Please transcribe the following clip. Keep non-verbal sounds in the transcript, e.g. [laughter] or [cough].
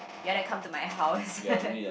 you wanna come to my house [laughs]